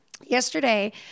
yesterday